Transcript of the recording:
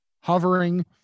hovering